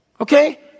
Okay